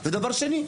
זה דבר שני.